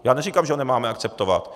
Já neříkám, že ho nemáme akceptovat.